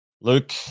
Luke